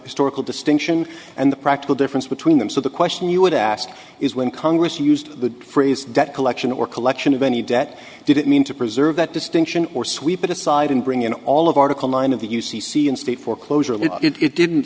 historical distinction and the practical difference between them so the question you would ask is when congress used the phrase debt collection or collection of any debt did it mean to preserve that distinction or sweep it aside and bring in all of article nine of the u c c and state foreclosure that it didn't